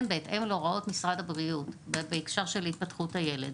בהתאם להוראות משרד הבריאות בהקשר של התפתחות הילד.